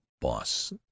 boss